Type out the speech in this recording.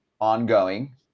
ongoing